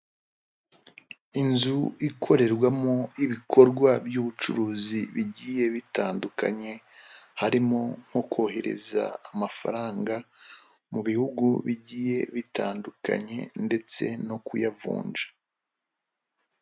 Inzu ikorerwamo ibikorwa by'ubucuruzi bigiye bitandukanye, harimo nko kohereza amafaranga mu bihugu bigiye bitandukanye, ndetse no kuyavunja.